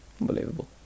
unbelievable